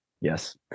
Yes